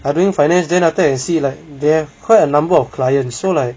I doing finance then after that they see like there are quite a number of client so like